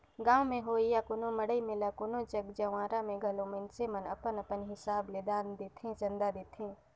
गाँव में होवइया कोनो मड़ई मेला कोनो जग जंवारा में घलो मइनसे मन अपन अपन हिसाब ले दान देथे, चंदा देथे